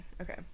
okay